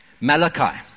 Malachi